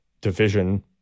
division